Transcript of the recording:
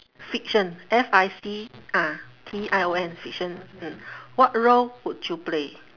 fiction F I C ah T I O N fiction mm what role would you play